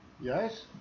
Yes